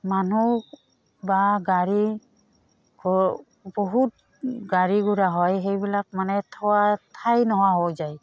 মানুহ বা গাড়ী ঘৰ বহুত গাড়ী গোৰা হয় সেইবিলাক মানে থোৱা ঠাই নোহোৱা হৈ যায়